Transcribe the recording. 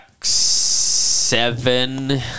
seven